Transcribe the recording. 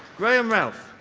graeme ralph.